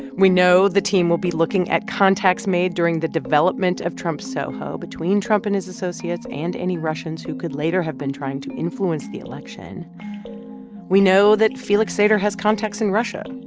we know the team will be looking at contacts made during the development of trump soho between trump and his associates and any russians who could later have been trying to influence the election we know that felix sater has contacts in russia.